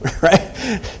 right